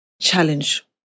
challenge